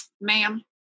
ma'am